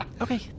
okay